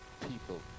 people